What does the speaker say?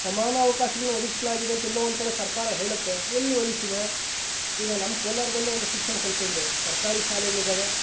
ಸಮಾನ ಅವಕಾಶಗಳು ಒದಗಿಸಲಾಗಿದೆ ಅಂತ ಎಲ್ಲೋ ಒಂದು ಕಡೆ ಸರ್ಕಾರ ಹೇಳುತ್ತೆ ಎಲ್ಲಿ ಒದಗಿಸಿದೆ ಈಗ ನಮ್ಮ ಕೋಲಾರದಲ್ಲೇ ಒಂದು ಶಿಕ್ಷಣ ಸಂಸ್ಥೆಗಳಿವೆ ಸರ್ಕಾರಿ ಶಾಲೆಗಳು ಇದ್ದಾವೆ